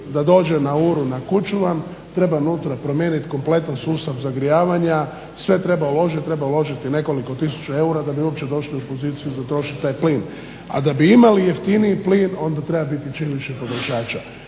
da dođe na uru na kuću vam treba unutra promijeniti kompletan sustav zagrijavanja, sve treba uložiti, treba uložiti nekoliko tisuća eura da bi uopće došli u poziciju da troši taj plin. A da bi imali jeftiniji plin onda treba čim više potrošača.